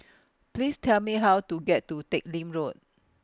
Please Tell Me How to get to Teck Lim Road